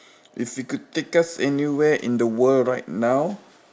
if you could take us anywhere in the world right now